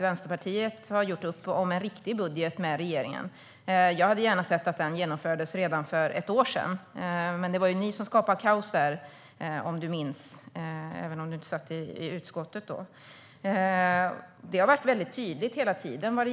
Vänsterpartiet har gjort upp om en riktig budget med regeringen. Jag hade gärna sett att den genomfördes redan för ett år sedan, men det var ju ni som skapade kaos, om du minns, även om du inte satt i utskottet då.